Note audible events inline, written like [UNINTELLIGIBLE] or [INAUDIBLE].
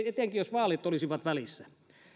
[UNINTELLIGIBLE] etenkin jos vaalit olisivat välissä